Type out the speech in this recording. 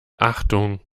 achtung